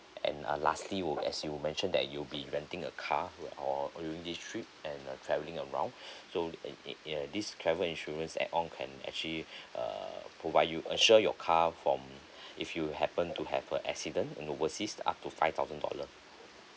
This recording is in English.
and uh lastly would as you mentioned that you'll be renting a car during this trip and uh travelling around so in in uh this travel insurance add on can actually err provide you insure your car from if you happen to have a accident in overseas up to five thousand dollar